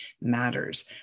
matters